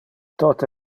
tote